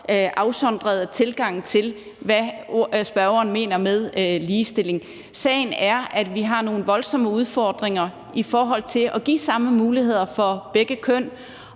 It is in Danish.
afsondrede tilgang til spørgsmålet om ligestilling. Sagen er, at vi har nogle voldsomme udfordringer i forhold til at give samme muligheder for begge køn,